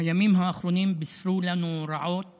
הימים האחרונים בישרו לנו רעות